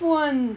one